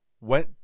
went